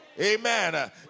Amen